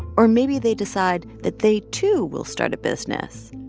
or maybe they decide that they, too, will start a business.